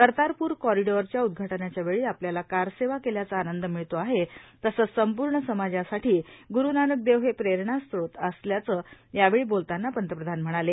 कर्तारपूर कॉरीडोअरच्या उद्घाटनाच्यावेळी आपल्याला कारसेवा केल्याचा आनंद मिळतो आहे तसंच संपूर्ण समाजासाठी ग्ररू नानक देव हे प्रेरणास्थित आहेत असं यावेळी बोलताना पंतप्रधान म्हणाले